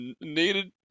needed